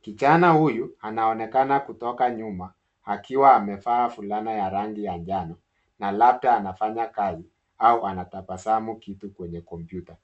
Kijana huyu anaonekana kutoka nyuma akiwa amevaa fulana ya rangi ya njano na labda anafanya kazi au anatabasamu kitu kwenye kompyuta.